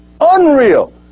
unreal